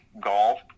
golf